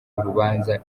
urubanza